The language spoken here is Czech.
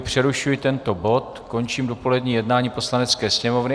Přerušuji tento bod a končím dopolední jednání Poslanecké sněmovny.